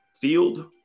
field